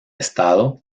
estado